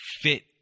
fit